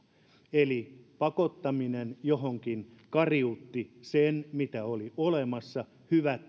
eli pakottaminen johonkin kariutti sen mitä oli olemassa eli hyvät